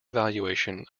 valuation